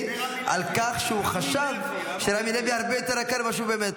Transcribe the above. על כך שהוא חשב שרמי לוי הרבה יותר יקר ממה שהוא באמת.